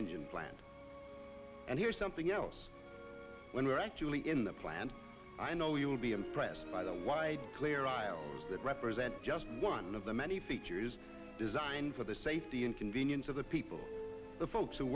engine plant and here's something else when we're actually in the plant i know you will be impressed by the wide clear aisle that represent just one of the many features designed for the safety and convenience of the people the folks who